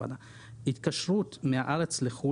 התקשרות מהארץ לחוץ לארץ,